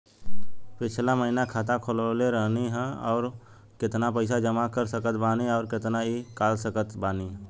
पिछला महीना खाता खोलवैले रहनी ह और अब केतना पैसा जमा कर सकत बानी आउर केतना इ कॉलसकत बानी?